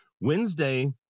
Wednesday